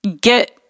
get